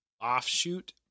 offshoot